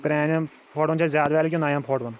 پرٛانیٚن فوٹوَن چھا زیادٕ ویلیو کِنہٕ نَیَن فوٹوَن